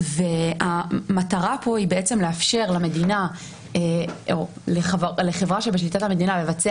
המטרה פה היא לאפשר למדינה או לחברה שבשליטת המדינה לבצע